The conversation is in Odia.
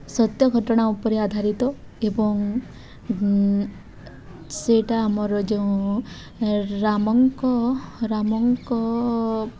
ସତ୍ୟ ଘଟଣା ଉପରେ ଆଧାରିତ ଏବଂ ସେଇଟା ଆମର ଯେଉଁ ରାମଙ୍କ ରାମଙ୍କ